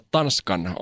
Tanskan